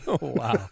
wow